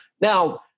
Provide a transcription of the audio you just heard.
Now